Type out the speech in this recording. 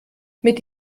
mit